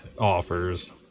offers